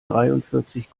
dreiundvierzig